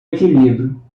equilíbrio